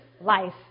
life